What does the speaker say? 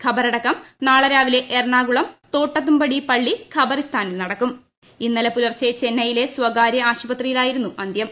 ഖബറടക്കം നാളെ രാവിലെ ്എർണാകുളം തോട്ടത്തുംപടി പള്ളി ഖബറിസ്ഥാനിൽ നടക്കുംക്കു ഇ്ടന്നലെ പുലർച്ചെ ചെന്നൈയിലെ സ്വകാര്യ ആശുപത്രിയില്ക്ഷിര്ുന്നു അന്തൃം